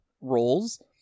roles